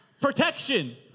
Protection